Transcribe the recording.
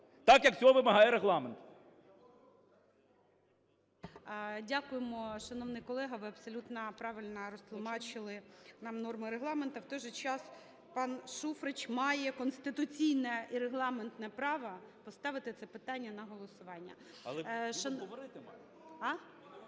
Так як цього вимагає Регламент.